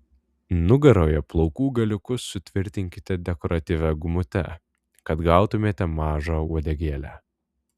nugaroje plaukų galiukus sutvirtinkite dekoratyvia gumute kad gautumėte mažą uodegėlę